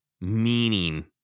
meaning